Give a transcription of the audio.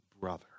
brother